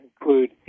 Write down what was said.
include